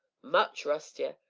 much rustier!